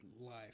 life